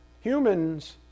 Humans